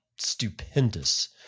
stupendous